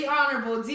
Honorable